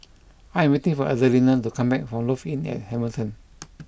I am waiting for Adelina to come back from Lofi Inn at Hamilton